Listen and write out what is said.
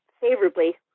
favorably